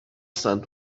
sun